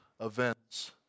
events